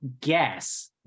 guess